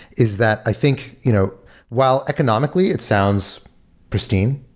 is that i think you know while economically it sounds pristine.